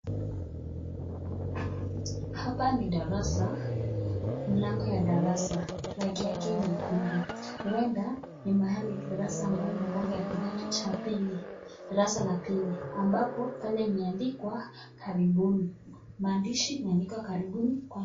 Hapa ni darasa mlango ya darasa. Rangi yake ni nyekundu huenda ni mahali darasa ambalo linakuanga darasa cha pili. Darasa la pili ambapo pale imeandikwa karibuni. Maandishi yanaandikwa karibu.